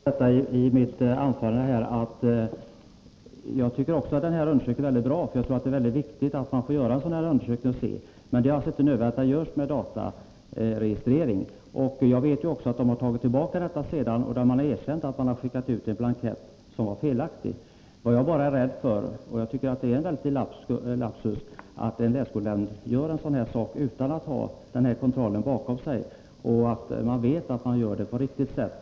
Herr talman! Jag sade i mitt anförande att också jag tycker att den här undersökningen är mycket bra. Det är mycket viktigt att man får göra sådana här undersökningar. Men det är alltså inte nödvändigt att de görs på grundval av dataregistrering. Jag vet också att man senare tagit tillbaka detta och erkänt att man har skickat ut en blankett som var felaktig. Jag tycker att det är en väldig lapsus att en länsskolnämnd gör en sådan sak utan att ha fått datainspektionens godkännande, alltså utan att veta att man gör det på ett riktigt sätt.